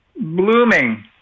blooming